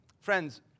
friends